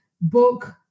book